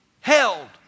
held